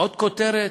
עוד כותרת?